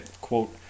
quote